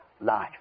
life